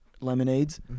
Lemonades